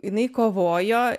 jinai kovojo